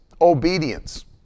Obedience